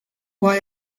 why